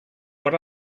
what